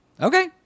okay